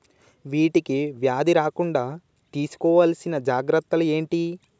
వీటికి వ్యాధి రాకుండా తీసుకోవాల్సిన జాగ్రత్తలు ఏంటియి?